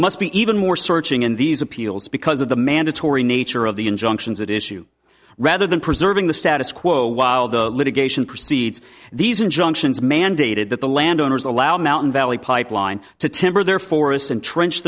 must be even more searching in these appeals because of the mandatory nature of the injunctions that issue rather than preserving the status quo while the litigation proceeds these injunctions mandated that the landowners allow mountain valley pipeline to timber their forests and trenched